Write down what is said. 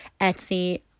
Etsy